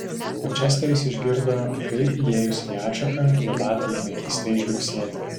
o česteris išgirdo kaip įėjus į atšaką jo batai ėmė keistai žliugsėti